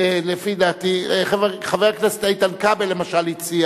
ולפי דעתי, חבר הכנסת איתן כבל, למשל, הציע